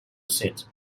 seat